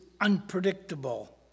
unpredictable